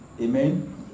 Amen